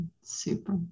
Super